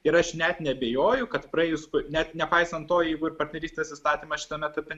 ir aš net neabejoju kad praėjus net nepaisant to jeigu ir partnerystės įstatymas šitame etape